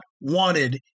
wanted